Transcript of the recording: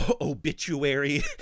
Obituary